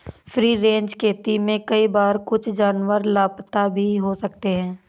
free range खेती में कई बार कुछ जानवर लापता भी हो सकते हैं